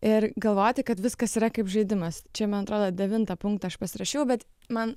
ir galvoti kad viskas yra kaip žaidimas čia man atrodo devintą punktą aš pasirašiau bet man